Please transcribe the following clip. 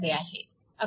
आकृती पहा